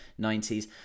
90s